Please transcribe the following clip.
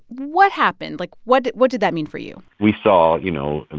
what happened? like, what what did that mean for you? we saw, you know, and